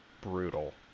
brutal